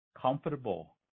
comfortable